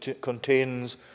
contains